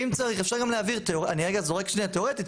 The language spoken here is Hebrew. אני רק זורק תיאורטית,